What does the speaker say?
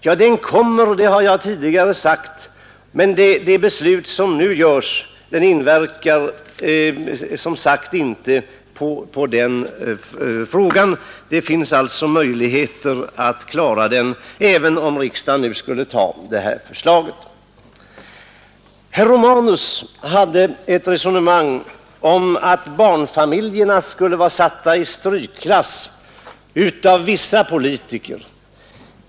Ja, den kommer — det har jag sagt tidigare — men det beslut som nu fattas inverkar inte på den saken. Det finns alltså möjligheter att klara detta även om riksdagen antar det här förslaget. Herr Romanus förde ett resonemang om att barnfamiljerna skulle vara satta i strykklass av vissa politiker.